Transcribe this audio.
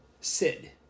Sid